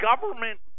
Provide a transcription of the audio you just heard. government